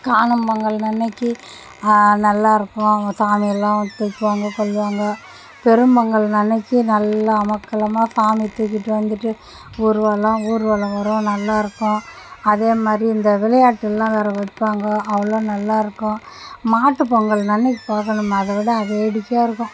காணும் பொங்கல்னு அன்றைக்கி நல்லா இருக்கும் அவங்க சாமியெல்லாம் தூக்குவாங்க கொள்வாங்க பெரும் பொங்கல்னு அன்றைக்கி நல்லா அமர்க்களமாக சாமி தூக்கிட்டு வந்துட்டு ஊர்வலம் ஊர்வலம் வரும் நல்லா இருக்கும் அதேமாதிரி இந்த விளையாட்டுல்லாம் வேறு வைப்பாங்கோ அவ்வளோ நல்லா இருக்கும் மாட்டுப்பொங்கலுன் அன்றைக்கி பார்க்கணுமே அதை விட வேடிக்கையாக இருக்கும்